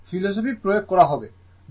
ধরু ন ফিলোসফি প্রয়োগ করা হবে